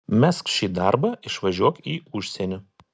mesk šį darbą išvažiuok į užsienį